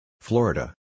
Florida